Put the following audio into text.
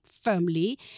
firmly